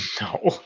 No